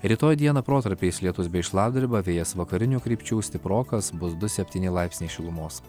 rytoj dieną protarpiais lietus bei šlapdriba vėjas vakarinių krypčių stiprokas bus du septyni laipsniai šilumos